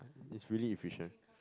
it's really efficient